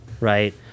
right